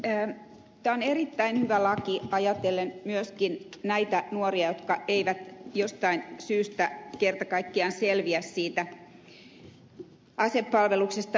tämä on erittäin hyvä laki ajatellen myöskin näitä nuoria jotka eivät jostain syystä kerta kaikkiaan selviä siitä asepalveluksesta normaalisti